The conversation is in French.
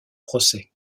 procès